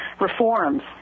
reforms